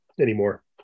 anymore